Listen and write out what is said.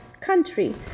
country